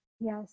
Yes